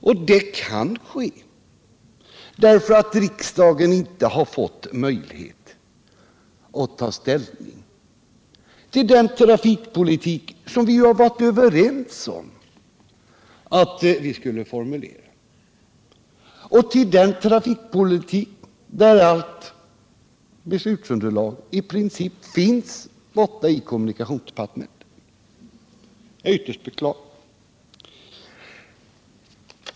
Och att det kan ske beror på att riksdagen inte har fått möjlighet att ta ställning till den trafikpolitik vilken vi har varit överens om att vi skulle formulera och för vilken beslutsunderlag i princip finns inom kommunikationsdepartementet. Det är ytterst beklagligt.